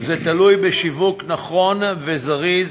זה תלוי בשיווק נכון וזריז,